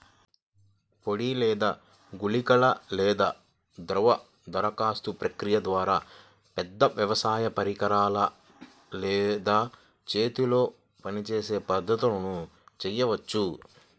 పొడి లేదా గుళికల లేదా ద్రవ దరఖాస్తు ప్రక్రియల ద్వారా, పెద్ద వ్యవసాయ పరికరాలు లేదా చేతితో పనిచేసే పద్ధతులను చేయవచ్చా?